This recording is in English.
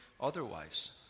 otherwise